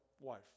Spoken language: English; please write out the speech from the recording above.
wife